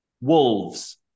Wolves